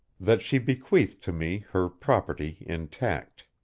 that she bequeathed to me her property intact.